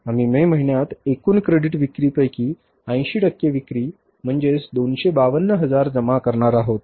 आम्ही मे महिन्यात एकुण क्रेडिट विक्रीपैकी 80 टक्के विक्री म्हणजेच 252 हजार जमा करणार आहोत